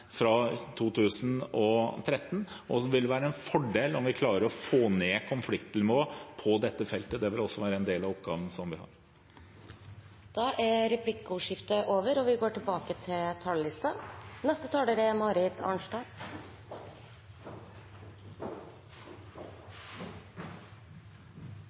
fra 2013. Og det vil være en fordel om vi klarer å få ned konfliktnivået på dette feltet. Det vil også være en del av oppgaven vi har. Replikkordskiftet er over. De talere som